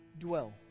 Dwell